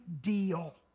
deal